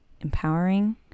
empowering